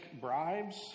bribes